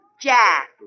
Jack